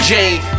Jane